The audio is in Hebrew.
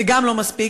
זה גם לא מספיק,